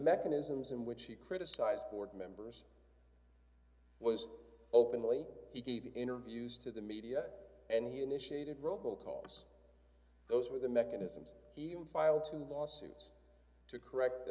mechanisms in which he criticized board members was openly he gave interviews to the media and he initiated robo calls those were the mechanisms he filed to lawsuits to correct the